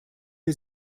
wir